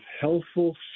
healthful